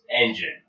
Engine